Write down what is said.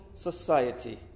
society